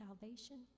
salvation